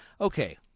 Okay